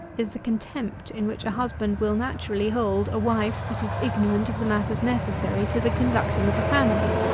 is the contempt in which a husband will naturally hold a wife that is ignorant of the matters necessary to the conducting of a family.